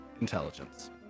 intelligence